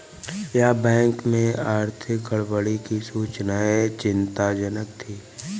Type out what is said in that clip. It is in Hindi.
यस बैंक में आर्थिक गड़बड़ी की सूचनाएं चिंताजनक थी